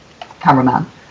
cameraman